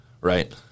right